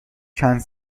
چند